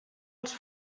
els